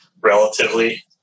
relatively